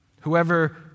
Whoever